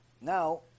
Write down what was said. now